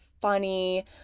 funny